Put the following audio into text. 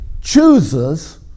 chooses